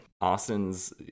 Austin's